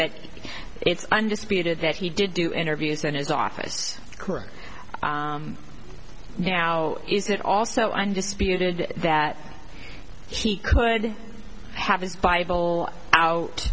that it's undisputed that he did do interviews in his office correct now is it also undisputed that she could have his bible out